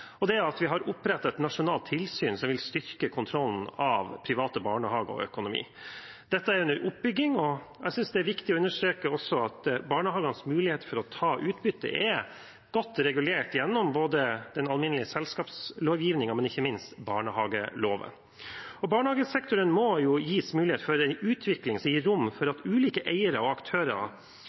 og det er at vi har opprettet et nasjonalt tilsyn som vil styrke kontrollen med private barnehager og økonomi. Det er under oppbygging. Jeg synes det er viktig også å understreke at barnehagenes mulighet for å ta utbytte er godt regulert gjennom den alminnelige selskapslovgivningen, men ikke minst barnehageloven. Barnehagesektoren må gis mulighet til en utvikling som gir rom for at ulike eiere og aktører,